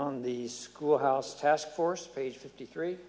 on the school house taskforce page fifty three